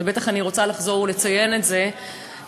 ובטח אני רוצה לחזור ולציין את זה שכן,